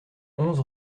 onze